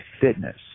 fitness